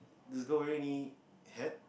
does girl wearing me hat